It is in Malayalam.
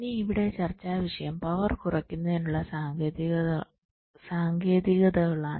ഇന്ന് ഇവിടെ ചർച്ചാ വിഷയം പവർ കുറയ്ക്കുന്നതിനുള്ള സാങ്കേതികതകളാണ്